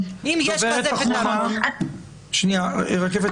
יוליה מלינובסקי (יו"ר ועדת מיזמי תשתית לאומיים